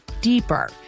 deeper